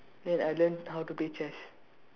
then I learned how to play chess